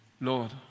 Lord